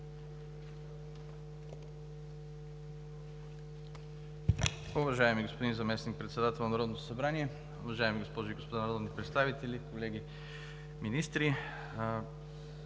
Уважаеми господин Заместник-председател на Народното събрание, уважаеми госпожи и господа народни представители, колеги министри!